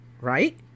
right